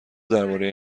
درباره